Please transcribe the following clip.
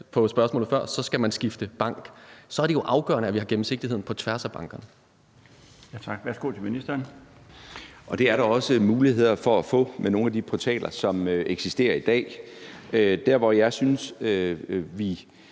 er man utilfreds, så skal man skifte bank, så er det jo afgørende, at vi har gennemsigtighed på tværs af bankerne.